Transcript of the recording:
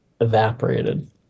evaporated